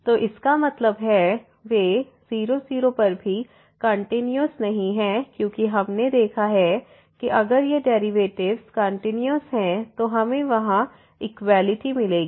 तो इसका मतलब है वे 00 पर भी कंटीन्यूअस नहीं हैं क्योंकि हमने देखा है कि अगर ये डेरिवेटिव्स कंटीन्यूअस हैं तो हमें वहां इक्वलिटी मिलेगी